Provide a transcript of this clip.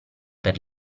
per